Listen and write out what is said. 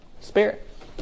Spirit